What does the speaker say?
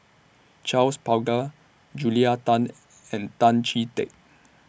Charles Paglar Julia Tan and Tan Chee Teck